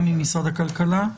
גם ממשרד הכלכלה.